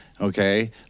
okay